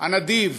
הנדיב